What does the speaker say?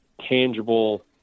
tangible